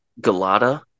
galata